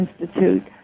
Institute